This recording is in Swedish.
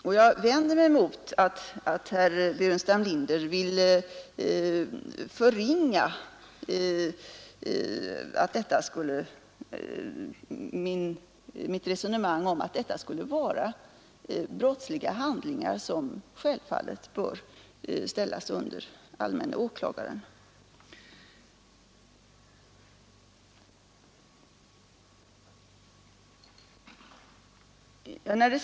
Och jag vänder mig mot att herr Burenstam Linder vill förringa mitt resonemang om att detta skulle vara brottsliga handlingar, som självfallet bör ställas under allmänne åklagaren.